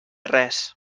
res